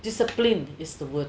discipline is the word